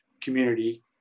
community